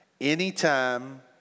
Anytime